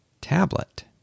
tablet